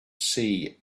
see